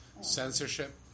Censorship